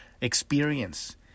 experience